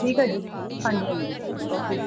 ਠੀਕ ਆ ਜੀ ਹਾਂਜੀ ਹਾਂਜੀ ਓਕੇ